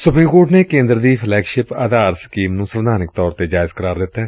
supreme court ਨੇ ਕੇਦਰ ਦੀ ਫਲੈਗਸ਼ਿਪ ਆਧਾਰ ਸਕੀਮ ਨੂੰ ਸੰਵਿਧਾਨਕ ਤੌਰ ਤੇ ਜਾਇਜ਼ ਕਰਾਰ ਦਿੱਤੈ